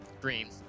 green